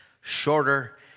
shorter